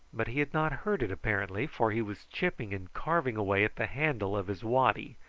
but he had not heard it apparently, for he was chipping and carving away at the handle of his waddy,